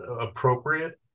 appropriate